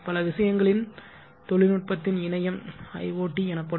பல விஷயங்களின் தொழில்நுட்பத்தின் இணையம் எனப்படும்